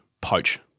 poach